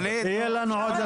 יהיה לנו עוד.